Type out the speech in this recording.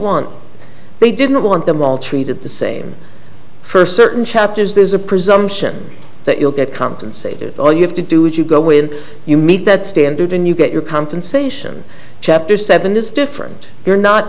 want they didn't want them all treated the same first certain chapters there's a presumption that you'll get compensated all you have to do is you go when you meet that standard and you get your compensation chapter seven is different you're not